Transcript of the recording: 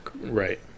Right